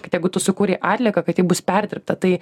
kad jeigu tu sukūrei atlieką kad ji bus perdirbta tai